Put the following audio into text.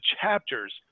chapters